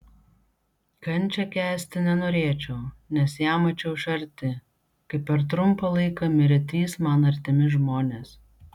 kančią kęsti nenorėčiau nes ją mačiau iš arti kai per trumpą laiką mirė trys man artimi žmonės